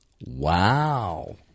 Wow